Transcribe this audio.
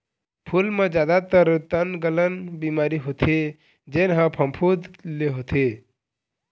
फूल म जादातर तनगलन बिमारी होथे जेन ह फफूंद ले होथे